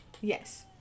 yes